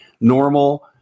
normal